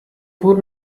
pur